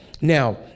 now